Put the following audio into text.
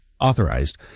authorized